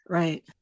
right